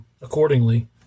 accordingly